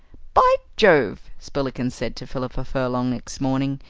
by jove! spillikins said to philippa furlong next morning,